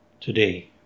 today